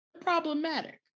Problematic